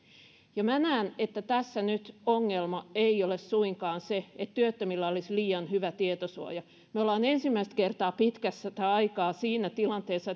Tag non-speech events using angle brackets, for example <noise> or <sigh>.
minä näen että tässä nyt ongelma ei ole suinkaan se että työttömillä olisi liian hyvä tietosuoja me olemme ensimmäistä kertaa pitkästä aikaa siinä tilanteessa <unintelligible>